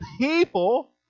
people